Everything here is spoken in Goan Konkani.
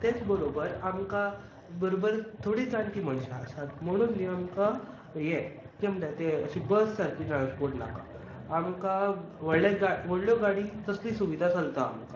तेच बरोबर आमकां बरोबर थोडीं जाणटीं मनशां आसात म्हणून न्ही आमकां यें कितें म्हणटा तें बस सारकी ट्रास्पोर्ट नाका आमकां व्हडले गा व्हडल्यो गाडी तसली सुविधा चलता आमकां